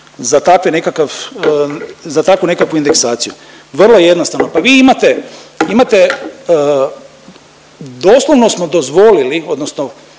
za takve nekakav, za takvu nekakvu indeksaciju. Vrlo jednostavno pa vi imate, imate doslovno smo dozvolili odnosno